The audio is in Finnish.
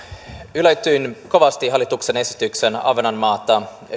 yllätyin kovasti hallituksen esityksen ahvenanmaata